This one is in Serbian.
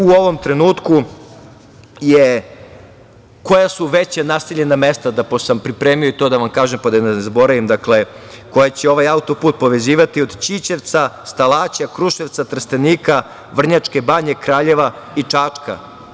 U ovom trenutku koja su veća naseljena mesta, pošto sam pripremio i to da vam kažem, pa da ne zaboravim, koja će ovaj autoput povezivati, od Ćićevca, Stalaća, Kruševca, Trstenika, Vrnjačke Banje, Kraljeva i Čačka.